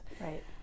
Right